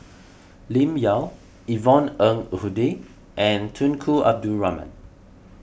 Lim Yau Yvonne Ng Uhde and Tunku Abdul Rahman